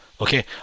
okay